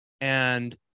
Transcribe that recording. And-